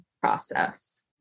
process